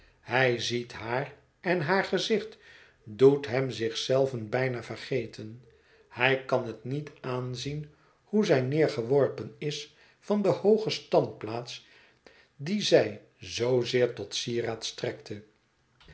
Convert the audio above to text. hij ziet haar en haar gezicht doet hem zich zelven bijna vergeten hij kan het niet aanzien hoe zij neergeworpen is van de hooge standplaats die zij zoozeer tot sieraad strekte